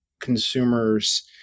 consumers